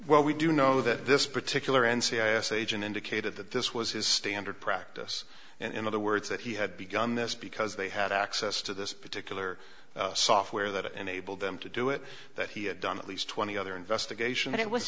well we do know that this particular n c s agent indicated that this was his standard practice and in other words that he had begun this because they had access to this particular software that enabled them to do it that he had done at least twenty other investigation it was